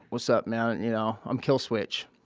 what's up man? and you know i'm kill switch.